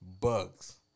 bugs